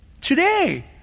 Today